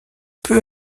peu